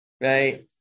right